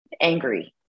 angry